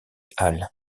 halles